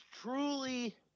truly